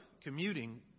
commuting